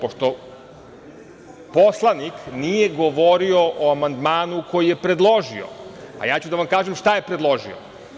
Pošto poslanik nije govorio o amandmanu koji je predložio, a ja ću da vam kažem šta je predložio.